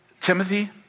Timothy